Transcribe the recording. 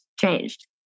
changed